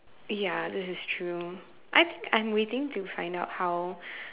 ya this is true I I'm waiting to find out how